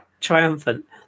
Triumphant